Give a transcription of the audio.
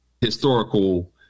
historical